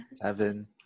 Seven